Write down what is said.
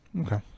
Okay